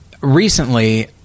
recently